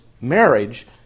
marriage